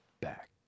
back